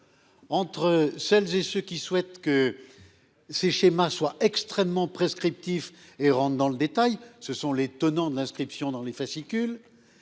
Entre celles et ceux qui souhaitent que. Ces schémas soit extrêmement prescriptif et rentre dans le détail, ce sont les tenants de l'inscription dans les fascicules